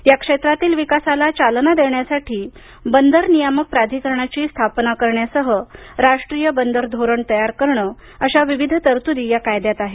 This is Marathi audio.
या क्षेत्रातील विकासाला चालना देण्यासाठी बंदर नियामक प्राधिकरणाची स्थापना करण्यासह राष्ट्रीय बंदर धोरण तयार करणे अशा विविध तरतुदी या कायद्यात आहेत